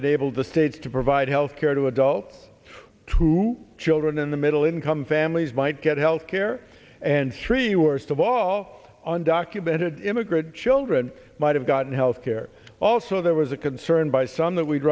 been able to say to provide health care to adult to children in the middle income families might get health care and sure you are still all undocumented immigrant children might have gotten health care also there was a concern by some that we'd